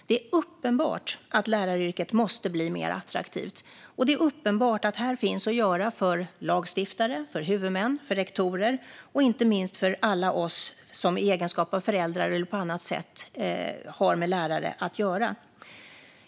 Det är uppenbart att läraryrket måste bli mer attraktivt, och det är uppenbart att det finns att göra för lagstiftare, för huvudmän, för rektorer och inte minst för alla oss som i egenskap av föräldrar eller på annat sätt har med lärare att göra.